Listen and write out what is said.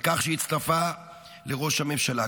על כך שהיא הצטרפה לראש הממשלה.